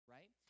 Right